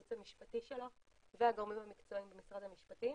הייעוץ המשפטי שלו והגורמים המקצועיים במשרד המשפטים.